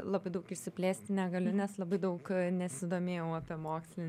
labai daug išsiplėsti negaliu nes labai daug nesidomėjau apie mokslinį